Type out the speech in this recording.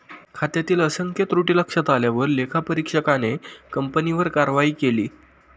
खात्यातील असंख्य त्रुटी लक्षात आल्यावर लेखापरीक्षकाने कंपनीवर कारवाई केली